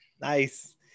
Nice